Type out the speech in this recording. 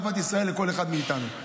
אהבת ישראל לכל אחד מאיתנו.